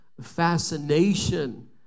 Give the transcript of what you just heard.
fascination